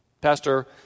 Pastor